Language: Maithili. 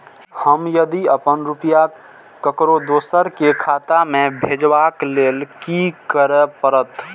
हम यदि अपन रुपया ककरो दोसर के खाता में भेजबाक लेल कि करै परत?